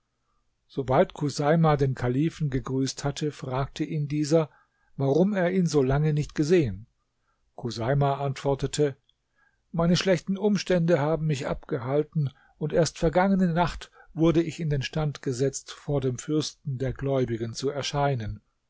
sobald chuseima den kalifen gegrüßt hatte fragte ihn dieser warum er ihn so lange nicht gesehen chuseima antwortete meine schlechten umstände haben mich abgehalten und erst vergangene nacht wurde ich in den stand gesetzt vor dem fürsten der gläubigen zu erscheinen